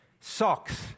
Socks